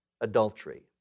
adultery